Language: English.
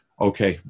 Okay